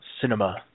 cinema